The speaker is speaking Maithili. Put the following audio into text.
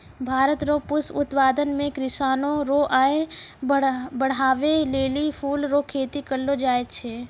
भारत रो पुष्प उत्पादन मे किसानो रो आय बड़हाबै लेली फूल रो खेती करलो जाय छै